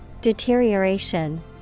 Deterioration